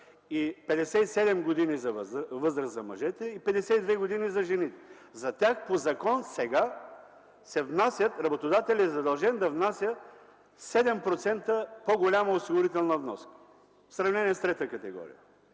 57 години възраст за мъжете и 52 години за жените. За тях по закон сега работодателят е задължен да внася 7% по-голяма осигурителна вноска в сравнение с трета категория.